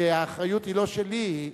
האחריות היא לא שלי.